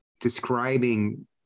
describing